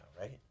right